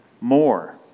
more